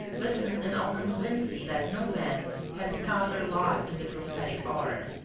listen and i'll convince thee that no man hath scot or lot in the prophetic art.